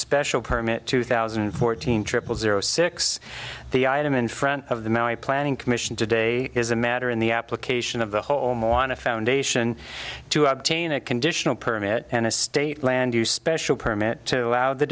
special permit two thousand and fourteen triple zero six the item in front of the maui planning commission today is a matter in the application of the whole more on a foundation to obtain a conditional permit and a state land use special permit to allow the